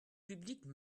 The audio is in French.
publique